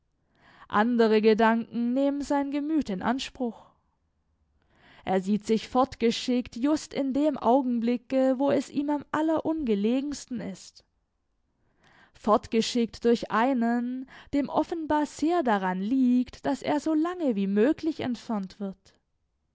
andere gedanken nehmen sein gemüt in anspruch er sieht sich fortgeschickt just in dem augenblicke wo es ihm am allerungelegensten ist fortgeschickt durch einen dem offenbar sehr daran liegt daß er so lange wie möglich entfernt wird